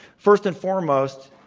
first and foremost,